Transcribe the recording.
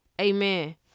Amen